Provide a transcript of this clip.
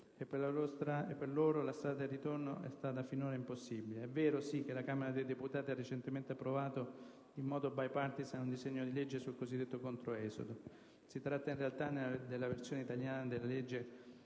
e per loro la strada del ritorno è stata finora impossibile. È vero che la Camera dei Deputati ha recentemente approvato in modo *bipartisan* il disegno di legge sul cosiddetto controesodo. Si tratta in realtà della versione italiana della